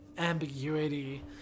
ambiguity